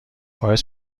باعث